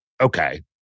okay